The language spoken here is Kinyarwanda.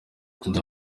the